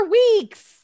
weeks